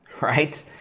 right